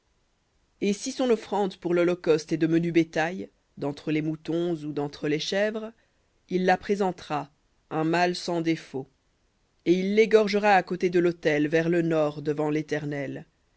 et si son offrande pour l'holocauste est de menu bétail d'entre les moutons ou d'entre les chèvres il la présentera un mâle sans défaut et il l'égorgera à côté de l'autel vers le nord devant l'éternel